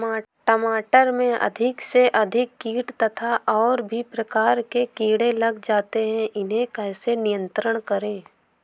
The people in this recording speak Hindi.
टमाटर में अधिक से अधिक कीट तथा और भी प्रकार के कीड़े लग जाते हैं इन्हें कैसे नियंत्रण करें?